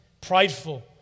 prideful